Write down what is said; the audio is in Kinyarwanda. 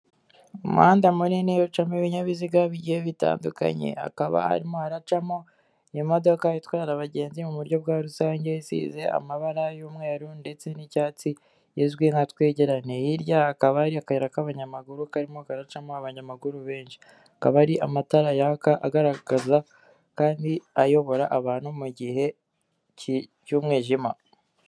Umuhanda munini ucamo ibinyabiziga bigiye bitandukanye, hakaba harimo haracamo imodoka itwara abagenzi mu buryo bwa rusange isize amabara y'umweru ndetse n'icyatsi izwi nka twegerane, hirya hakaba hari akayira k'abanyamaguru karimo karacamo abanyamaguru benshi, hakaba hari amatara yaka agaragaza kandi ayobora abantu mu gihe cy'umwijima.